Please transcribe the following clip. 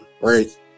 right